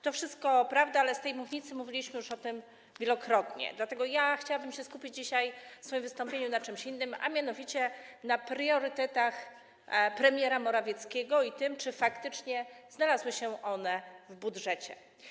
To wszystko prawda, ale z tej mównicy mówiliśmy już o tym wielokrotnie, dlatego chciałabym się skupić w swoim dzisiejszym wystąpieniu na czymś innym, a mianowicie na priorytetach premiera Morawieckiego i tym, czy faktycznie znalazły one swoje odzwierciedlenie w budżecie.